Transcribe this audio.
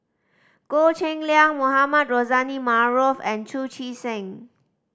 Goh Cheng Liang Mohamed Rozani Maarof and Chu Chee Seng